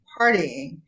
partying